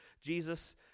Jesus